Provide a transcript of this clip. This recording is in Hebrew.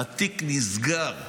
התיק נסגר.